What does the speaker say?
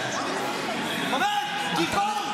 גיבור.